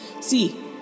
see